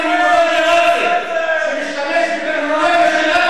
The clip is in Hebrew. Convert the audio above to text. שמשתמש, מחבל.